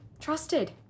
trusted